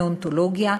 נאונטולוגיה,